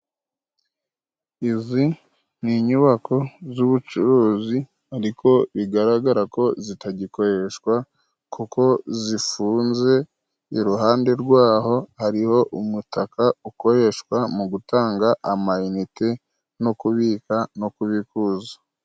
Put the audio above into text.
Izi ni inyubako z'ubucuruzi ariko bigaragara ko zitagikoreshwa kuko zifunze, iruhande rwaho hariho umutaka ukoreshwa mu gutanga amayinite, no kubika no kubikuza.